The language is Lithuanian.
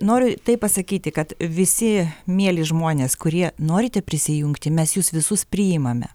noriu taip pasakyti kad visi mieli žmonės kurie norite prisijungti mes jus visus priimame